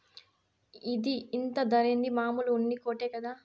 ఇది ఇంత ధరేంది, మామూలు ఉన్ని కోటే కదా